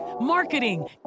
marketing